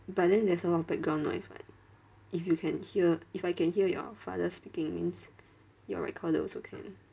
but then there's a lot of background noise [what] if you can hear if I can hear your father speaking means your recorder also can